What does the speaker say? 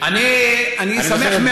אני שמח מאוד,